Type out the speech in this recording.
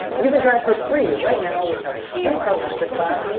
you can try it for free right now with our three part masterclass.